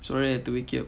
so I have to wake you up